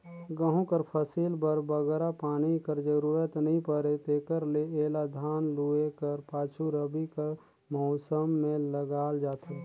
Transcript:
गहूँ कर फसिल बर बगरा पानी कर जरूरत नी परे तेकर ले एला धान लूए कर पाछू रबी कर मउसम में उगाल जाथे